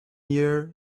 year